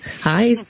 Hi